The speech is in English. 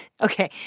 Okay